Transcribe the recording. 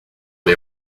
les